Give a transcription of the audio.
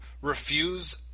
refuse